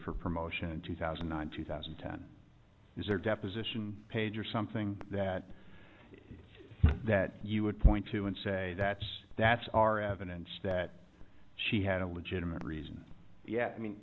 for promotion in two thousand and two thousand and ten is there deposition page or something that that you would point to and say that's that's our evidence that she had a legitimate reason yet i mean